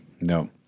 no